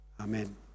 Amen